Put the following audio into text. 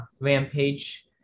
rampage